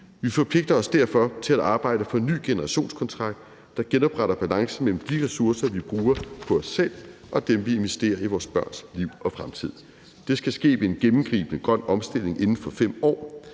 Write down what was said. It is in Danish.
Vi forpligter os derfor til at arbejde for en ny generationskontrakt, der genopretter balancen mellem de ressourcer, vi bruger på os selv, og dem, vi investerer i vores børns liv og fremtid. Det skal ske ved en gennemgribende grøn omstilling inden for fem år,